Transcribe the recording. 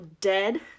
dead